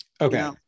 Okay